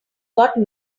got